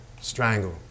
Strangle